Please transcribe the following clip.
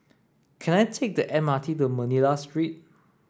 can I take the M R T to Manila Street